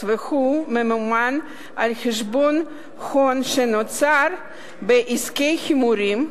והוא ממומן על חשבון הון שנוצר בעסקי הימורים,